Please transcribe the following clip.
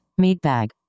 Meatbag